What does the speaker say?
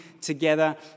together